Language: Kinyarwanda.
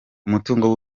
umutungo